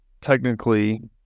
technically